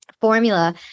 formula